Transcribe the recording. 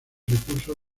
recurso